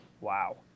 Wow